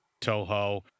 Toho